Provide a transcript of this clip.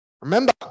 Remember